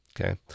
Okay